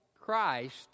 Christ